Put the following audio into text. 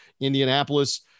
Indianapolis